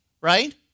right